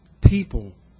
people